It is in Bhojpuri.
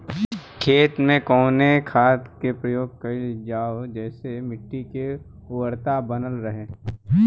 खेत में कवने खाद्य के प्रयोग कइल जाव जेसे मिट्टी के उर्वरता बनल रहे?